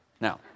Now